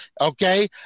Okay